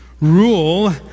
Rule